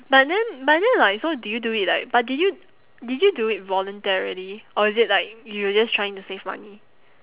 but then but then like so did you do it like but did you did you do it voluntarily or is it like you were just trying to save money